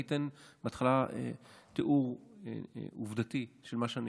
אני אתן בהתחלה תיאור עובדתי של מה שאני